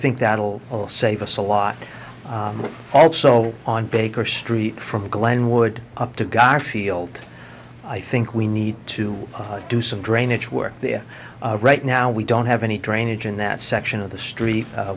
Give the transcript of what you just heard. think that'll save us a lot also on baker street from glenwood up to garfield i think we need to do some drainage work there right now we don't have any drainage in that section of the street